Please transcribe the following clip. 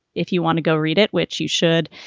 if you want to go read it, which you should,